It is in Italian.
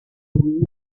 louis